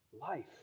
life